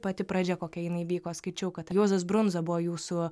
pati pradžia kokia jinai vyko skaičiau kad juozas brundza buvo jūsų